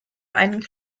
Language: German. einen